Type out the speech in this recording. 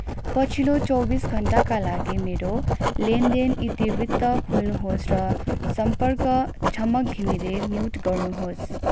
पछिल्लो चौबिस घण्टाका लागि मेरो लेनदेन इतिवृत्त खोल्नु होस् र सम्पर्क झमक घिमिरे म्युट गर्नु होस्